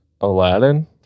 Aladdin